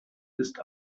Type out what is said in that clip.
ist